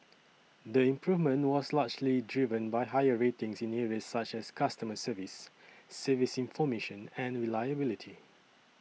the improvement was largely driven by higher ratings in areas such as customer service service information and reliability